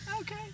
Okay